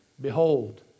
Behold